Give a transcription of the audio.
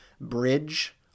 bridge